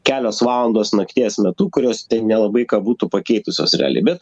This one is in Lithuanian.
kelios valandos nakties metu kurios nelabai ką būtų pakeitusios realiai bet